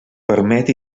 permet